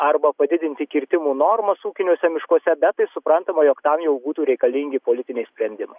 arba padidinti kirtimų normas ūkiniuose miškuose bet tai suprantama jog tam jau būtų reikalingi politiniai sprendimai